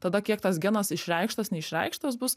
tada kiek tas genas išreikštas neišreikštos bus